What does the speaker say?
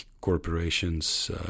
corporations